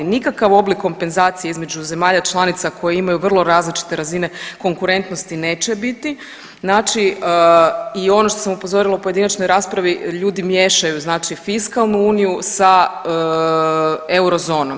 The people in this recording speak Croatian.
Nikakav oblik kompenzacije između zemalja članica koje imaju vrlo različite razine konkurentnosti neće biti, znači i ono što sam upozorila u pojedinačnoj raspravi ljudi miješaju, znači fiskalnu uniju sa euro zonom.